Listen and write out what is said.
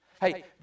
Hey